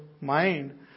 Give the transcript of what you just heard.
mind